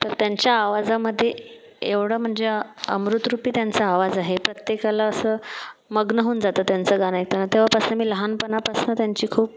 तर त्यांच्या आवाजामध्ये एवढा म्हणजे अमृतरूपी त्यांचा आवाज आहे प्रत्येकाला असं मग्न होऊन जातं त्यांचं गाणं ऐकताना तेव्हापासनं मी लहानपणापासनं त्यांची खूप